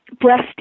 breast